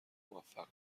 موفقن